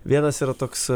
vienas yra toks